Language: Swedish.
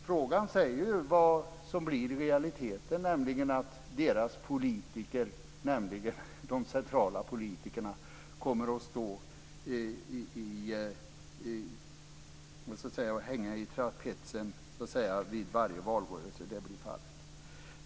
Frågan säger ju vad som blir i realiteten, nämligen att deras politiker, dvs. de centrala politikerna, kommer att så att säga hänga i trapetsen vid varje valrörelse. Det blir fallet.